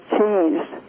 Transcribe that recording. changed